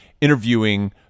interviewing